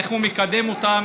איך הוא מקדם אותם,